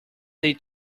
they